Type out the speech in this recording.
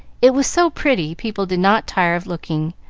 it was so pretty, people did not tire of looking,